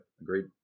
agreed